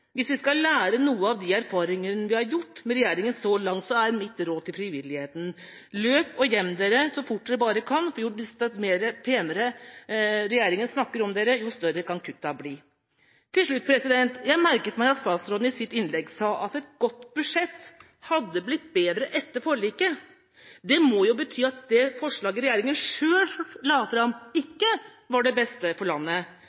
Hvis vi skal lære noe av de erfaringene vi har gjort med regjeringa så langt, er mitt råd til frivilligheten: Løp og gjem dere så fort dere bare kan, for jo penere regjeringa snakker om dere, jo større kan kuttene bli. Til slutt: Jeg merket meg at statsråden i sitt innlegg sa at et godt budsjett hadde blitt bedre etter forliket. Det må jo bety at det forslaget regjeringa sjøl la fram, ikke var det beste for landet.